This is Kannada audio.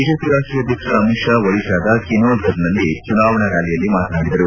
ಬಿಜೆಪಿ ರಾಷ್ಟೀಯ ಅಧ್ವಕ್ಷ ಅಮಿತ್ ಷಾ ಒಡಿಶಾದ ಕಿನೋಜರ್ನಲ್ಲಿ ಚುನಾವಣಾ ರ್ಾಲಿಯಲ್ಲಿ ಮಾತನಾಡಿದರು